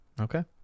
Okay